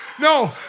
no